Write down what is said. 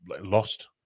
lost